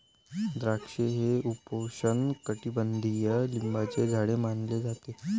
द्राक्षे हे उपोष्णकटिबंधीय लिंबाचे झाड मानले जाते